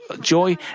joy